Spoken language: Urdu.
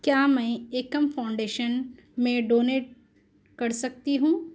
کیا میں ایکم فاؤنڈیشن میں ڈونیٹ کر سکتی ہوں